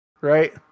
Right